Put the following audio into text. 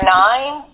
nine